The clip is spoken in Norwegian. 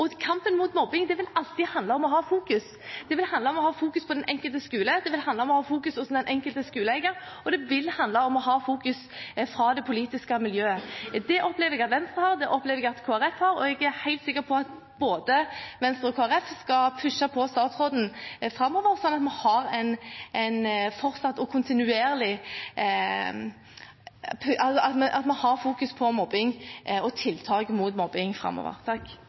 Kampen mot mobbing vil alltid handle om fokus. Det vil handle om å ha den enkelte skole i fokus, det vil handle om å ha fokus hos den enkelte skoleeier, og det vil handle om å ha fokus for det politiske miljøet. Det opplever jeg at Venstre har, det opplever jeg at Kristelig Folkeparti har, og jeg er helt sikker på at både Venstre og Kristelig Folkeparti skal pushe på statsråden framover, sånn at vi fortsatt og kontinuerlig fokuserer på mobbing og tiltak mot mobbing framover.